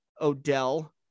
Odell